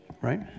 right